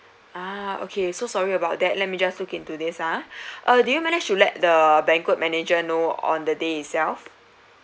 ah okay so sorry about that let me just look into this ah uh did you managed to let the banquet manager know on the day itself